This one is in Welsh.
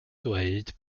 dweud